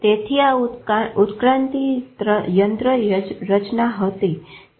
તેથી આ ઉત્ક્રાંતિ યંત્રરચના હતી